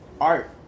art